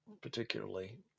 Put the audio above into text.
particularly